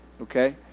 Okay